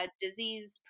disease